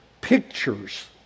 pictures